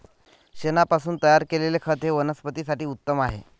शेणापासून तयार केलेले खत हे वनस्पतीं साठी उत्तम आहे